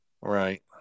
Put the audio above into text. right